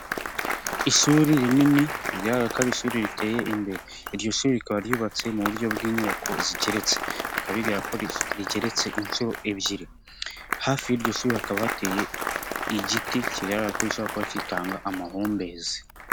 Ishuri rinini bigaragara ko ari ishuri riteye, imbere y'iryo shuri rikaba ryubatse mu buryo bw'inyubako zigereritse rikaba rigereretse inshuro ebyiri, hafi y'iryo shuri hakaba hateye igiti kigaragara ko gishobora kuba kitanga amahumbezi.